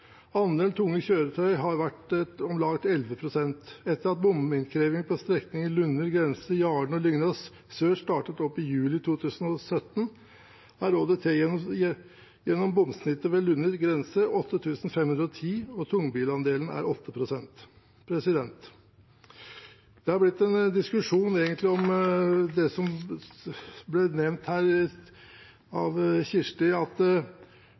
Andelen tunge kjøretøy har vært på om lag 11 pst. Etter at bompengeinnkreving på strekningen Lunner grense–Jaren og Lygna sør startet i juli 2017, er ÅDT gjennom bomsnittet ved Lunner grense 8 510, og tungbilandelen er 8 pst. Det er egentlig blitt en diskusjon om det som ble nevnt her